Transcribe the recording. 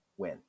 win